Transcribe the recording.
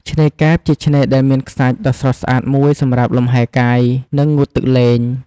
ឆ្នេរកែប ជាឆ្នេរដែលមានខ្សាច់ដ៏ស្រស់ស្អាតមួយសម្រាប់លំហែរកាយ និងងូតទឹកលេង។